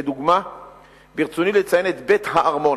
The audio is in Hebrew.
כדוגמה ברצוני לציין את "בית הארמון"